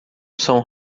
são